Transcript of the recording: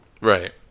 Right